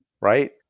right